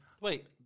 Wait